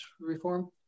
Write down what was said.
reform